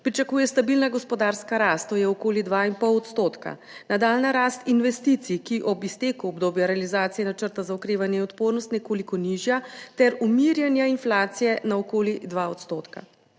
pričakuje stabilna gospodarska rast, to je okoli dva in pol odstotka, nadaljnja rast investicij, ki je ob izteku obdobja realizacije načrta za okrevanje in odpornost nekoliko nižja, ter umirjanja inflacije na okoli 2 %.